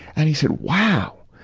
and he said, wow!